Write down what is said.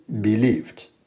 believed